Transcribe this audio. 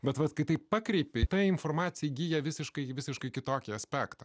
bet vat kai taip pakreipė ta informacija įgyja visiškai visiškai kitokį aspektą